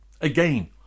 Again